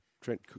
Trent